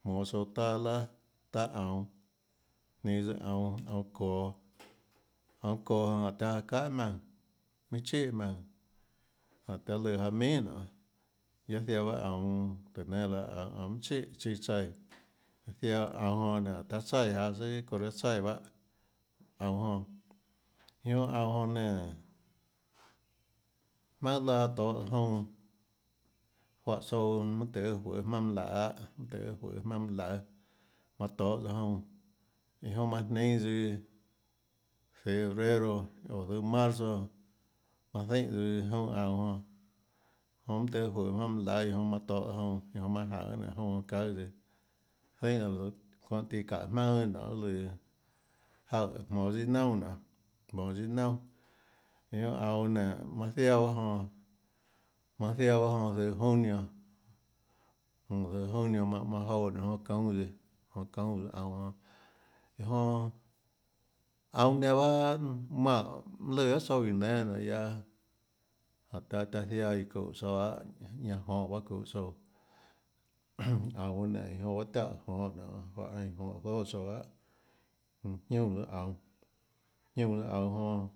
jmonå tsouã taâ iâ laà taâ aunå ninå tsøã aunå aunå çoå aunå çoå jonã jáhå taã çahà jmaùnã minhà chíhà jmaùnã jánhå taã lùã janå minhà nonê guiaâ ziaã bahâ aunå tùhå nénâ laã aunå aunå minhà chíhà chíâ tsaíã ziaã aunå jonã nénå taã tsaíã jaå søâ çounã reã tsaíã bahâ aunå jonã iã jonã aunå jonã nénå jmaønâ laã tohå junã juáhã tsouã mønâ tøhê juøê jmaønâ mønã laøê lahâ mønâ tøhê juøê jmaønâ mønã laøê jonã tohå junã iã jonã manã nínâ tsøã zøhå febrero óå zøhå marzo manã zeínhã tsøã junã aunå jonã jonã mønâ tøhê juøê jmaønâ mønã laøê iã jonã manã tohå junã iã jonã manã jaønê nénå junã jonã çaùâ tsøã zeínhã tsøã çóhã tíã çaùhå jmaønâ tsøã nionã lùã jaøè jmonå tsøã iâ naunà nionê jmonå tsøã iâ naunà iã jonã aunå nénå manã ziaã bahâ jonã manã ziaã bahâ jonã zøhå junio jmm zøhå junio manã manã jouã nionê jonã çuúnâ tsøã jonã çuúnâ tsøã aunå jonã iã jonã aunå nenã bahâ manåã mønâ lùã guiohà tsouã guióå nénâ guiaâ jánhã tiaã tiaã iã çúhå tsouã lahâ ñanã jonhå baâ çuhå tsouã aunå bahâ nénå iã jonã bahâ tiáhã jonhå nionê guaâ einã jonhå zóâ tsouã lahâ jiúnã tsøã aunå jonã.